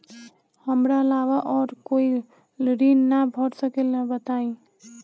हमरा अलावा और कोई ऋण ना भर सकेला बताई?